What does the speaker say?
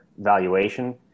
valuation